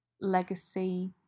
legacy